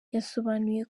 yasobanuye